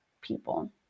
people